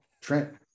Trent